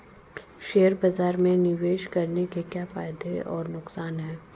Share बाज़ार में निवेश करने के क्या फायदे और नुकसान हैं?